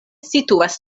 situas